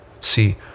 See